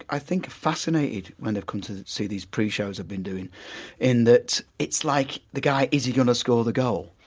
i think, are fascinated when they come to see these pre-shows i've been doing in that it's like the guy is he going to score the goal,